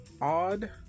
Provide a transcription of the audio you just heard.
Odd